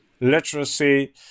literacy